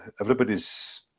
everybody's